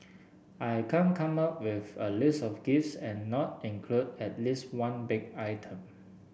I can't come up with a list of gifts and not include at least one baked item